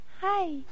hi